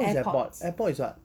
what is AirPods AirPods is [what]